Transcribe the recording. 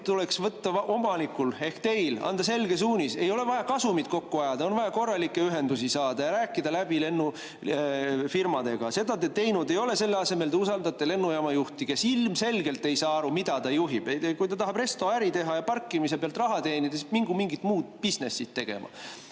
tuleks omanikul ehk teil anda selge suunis: ei ole vaja kasumit kokku ajada, vaid on vaja korralikke ühendusi saada ja lennufirmadega läbi rääkida. Seda te teinud ei ole. Selle asemel te usaldate lennujaama juhti, kes ilmselgelt ei saa aru, mida ta juhib. Kui ta tahab restoäri teha ja parkimise pealt raha teenida, siis mingu mingit muud bisnessi tegema.